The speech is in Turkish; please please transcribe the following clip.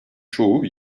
çoğu